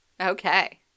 Okay